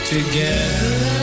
Together